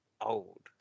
old